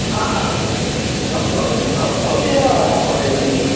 भव् भवती भव् भवती एव पाठयति